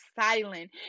silent